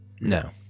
No